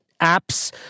apps